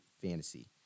fantasy